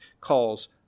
calls